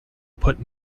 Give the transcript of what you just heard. put